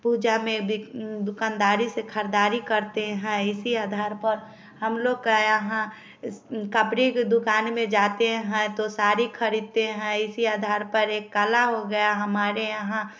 पूजा में बिक दुकानदारी से खरीदारी करते हैं इसी आधार पर हम लोग के यहाँ कपड़े के दुकान में जाते हैं तो साड़ी खरीदते हैं इसी आधार पर एक कला हो गया हमारे यहाँ